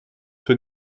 für